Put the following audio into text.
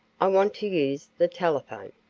i want to use the telephone.